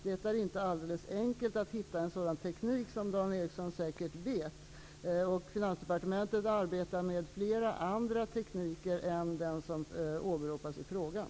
Det är inte helt enkelt att hitta en sådan teknik, vilket Dan Ericsson i Kolmården säkert vet. Finansdepartementet arbetar med flera andra tekniker än den som åberopas i frågan.